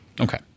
Okay